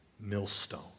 millstone